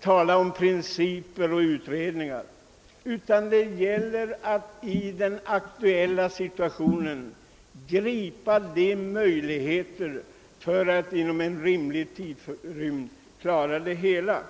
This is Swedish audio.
tala om principer och utredningar, utan det gäller att i den aktuella situationen ta vara på de möjligheter som finns för att inom en rimlig tid klara det hela.